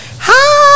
hi